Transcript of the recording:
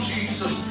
Jesus